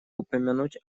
упомянуть